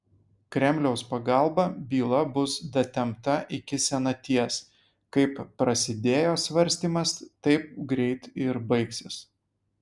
kremliaus pagalba byla bus datempta iki senaties kaip prasidėjo svarstymas taip greit ir baigsis